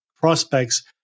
prospects